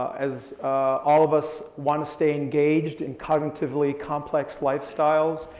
as all of us wanna stay engaged in cognitively complex lifestyles,